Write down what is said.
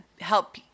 help